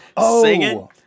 singing